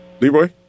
Leroy